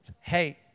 Hey